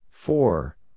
Four